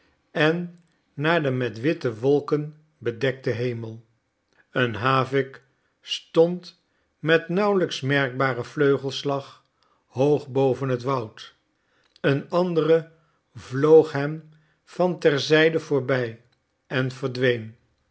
en naar den met witte wolken bedekten hemel een havik stond met nauwelijks merkbaren vleugelslag hoog boven het woud een andere vloog hem van ter zijde voorbij en verdween